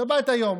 שבת היום,